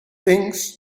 things